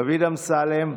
דוד אמסלם,